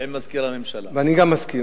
אני גם מסכים,